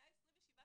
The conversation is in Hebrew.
127 תקנים.